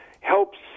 helps